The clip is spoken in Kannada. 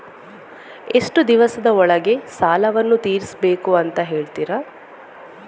ಎಷ್ಟು ದಿವಸದ ಒಳಗೆ ಸಾಲವನ್ನು ತೀರಿಸ್ಬೇಕು ಅಂತ ಹೇಳ್ತಿರಾ?